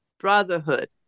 brotherhood